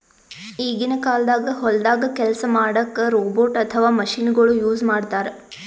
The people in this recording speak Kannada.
ಈಗಿನ ಕಾಲ್ದಾಗ ಹೊಲ್ದಾಗ ಕೆಲ್ಸ್ ಮಾಡಕ್ಕ್ ರೋಬೋಟ್ ಅಥವಾ ಮಷಿನಗೊಳು ಯೂಸ್ ಮಾಡ್ತಾರ್